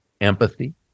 Empathy